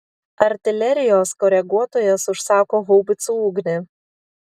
artilerijos koreguotojas užsako haubicų ugnį